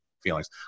feelings